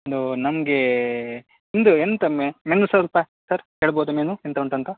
ಅದು ನಮಗೆ ನಿಮ್ಮದು ಎಂತ ಮೆ ಮೆನು ಸ್ವಲ್ಪ ಸರ್ ಹೇಳ್ಬೋದ ಮೆನು ಎಂತ ಉಂಟು ಅಂತ